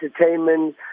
entertainment